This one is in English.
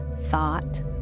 thought